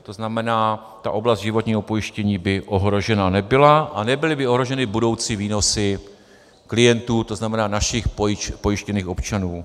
To znamená, oblast životního pojištění by ohrožena nebyla a nebyly by ohroženy budoucí výnosy klientů, to znamená našich pojištěných občanů.